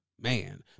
man